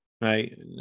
Right